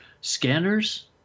Scanners